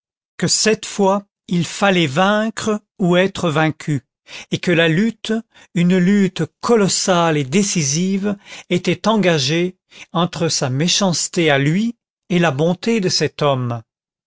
que cette fois il fallait vaincre ou être vaincu et que la lutte une lutte colossale et décisive était engagée entre sa méchanceté à lui et la bonté de cet homme